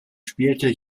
spielte